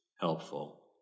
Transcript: helpful